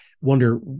wonder